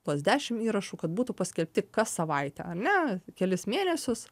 tuos dešimt įrašų kad būtų paskelbti kas savaitę ar ne kelis mėnesius